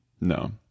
no